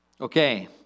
Okay